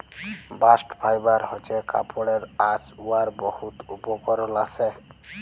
bast fibre হছে কাপড়ের আঁশ উয়ার বহুত উপকরল আসে